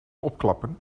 opklappen